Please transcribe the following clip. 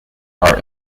are